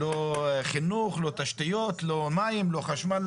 לא חינוך, לא תשתיות, לא מים, לא חשמל.